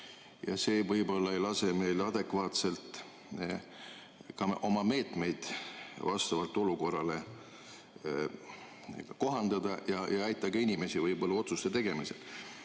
ja see võib-olla ei lase meil adekvaatselt meetmeid vastavalt olukorrale kohandada ega aita ka inimesi otsuste tegemisel?